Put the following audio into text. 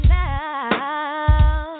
now